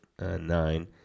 nine